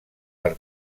per